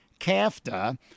CAFTA